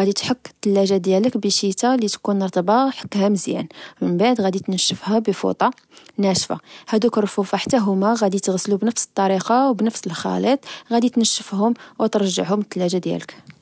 غدي تحك التلاجة ديالك بشيتا لتكون رطبة، حكها مزيان، من بعد غدي تنشفها بفوطة ناشفة، هادوك الرفوفا حتى هما غدي تغسلو بنفس الطريقة و نفس الخليط، غدي تنشفهم وترجعهم التلاجة ديالك